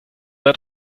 seid